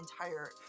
entire